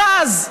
ואז,